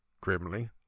grimly